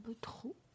trop